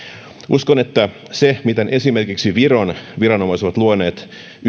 uskon että se miten esimerkiksi viron viranomaiset ovat luoneet